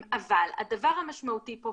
אבל הדבר המשמעותי פה,